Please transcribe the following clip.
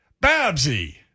Babsy